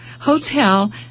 hotel